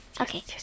Okay